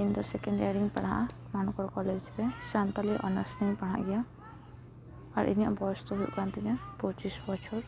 ᱤᱧ ᱫᱚ second year ᱨᱤᱧ ᱯᱟᱲᱦᱟᱜᱼᱟ ᱢᱟᱱᱠᱚᱨ ᱠᱚᱞᱮᱡᱽ ᱨᱮ ᱥᱟᱱᱛᱟᱲᱤ ᱚᱱᱟᱨᱥ ᱨᱤᱧ ᱯᱟᱲᱦᱟᱜ ᱜᱮᱭᱟ ᱟᱨ ᱤᱧᱟᱹᱜ ᱵᱚᱭᱮᱥ ᱫᱚ ᱦᱩᱭᱩᱜ ᱠᱟᱱ ᱛᱤᱧᱟ ᱯᱚᱸᱪᱤᱥ ᱵᱚᱪᱷᱚᱨ